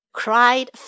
cried